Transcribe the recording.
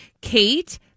Kate